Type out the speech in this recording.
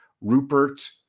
Rupert